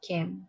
Kim